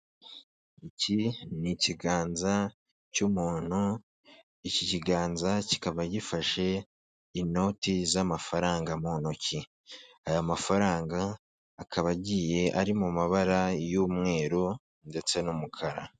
Iki ni ikiganza cy'umuntu, iki kiganza kikaba gifashe inoti z'amafaranga mu ntoki. Aya mafaranga akaba agiye ari mu mabara y'umweru ndetse n'umukara.